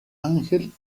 ángel